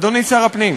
אדוני שר הפנים,